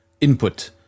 input